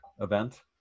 event